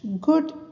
good